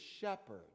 shepherd